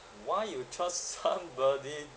why you trust somebody